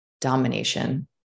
domination